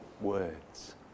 words